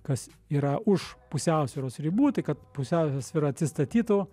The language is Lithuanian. kas yra už pusiausvyros ribų tai kad pusiausvyra atsistatytų